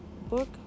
book